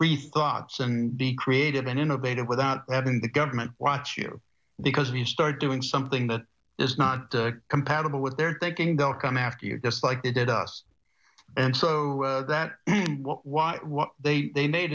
ee thoughts and be creative and innovative without having the government watch you because when you start doing something that is not compatible with their thinking they'll come after you just like they did us and so that they